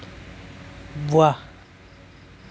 ৱাহ